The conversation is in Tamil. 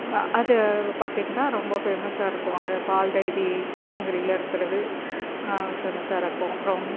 அது பார்த்தீங்கன்னா ரொம்ப ஃபேமஸாக இருக்கும் அங்கே பால்டைரி கிருஷ்ணகிரியில் இருக்கிறது ஃபேமஸாக இருக்கும் அப்புறம்